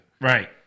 Right